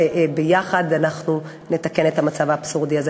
וביחד אנחנו נתקן את המצב האבסורדי הזה.